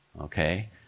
Okay